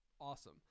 Awesome